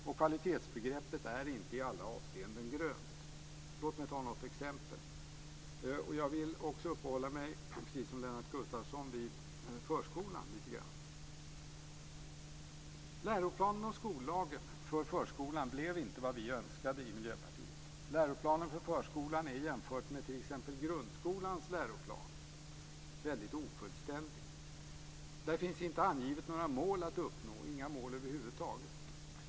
Och kvalitetsbegreppet är inte i alla avseenden grönt. Låt mig ta något exempel. Jag vill också uppehålla mig, precis som Lennart Gustavsson, lite grann vid förskolan. Läroplanen och skollagen för förskolan blev inte vad vi i Miljöpartiet önskade. Läroplanen för förskolan är jämfört med t.ex. grundskolans läroplan väldigt ofullständig. Där finns inte angivet några mål att uppnå, inga mål över huvud taget.